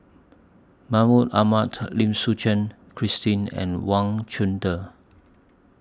Mahmud Ahmad Lim Suchen Christine and Wang Chunde